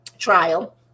trial